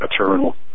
eternal